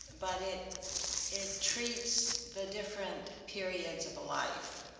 but it it treats the different periods of a life,